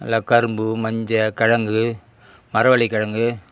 நல்லா கரும்பு மஞ்சள் கிழங்கு மரவள்ளி கிழங்கு